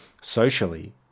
socially